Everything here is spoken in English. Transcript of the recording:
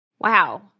Wow